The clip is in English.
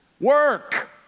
Work